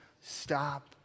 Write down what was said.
stop